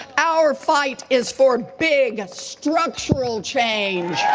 our fight is for big structural change